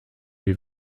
wie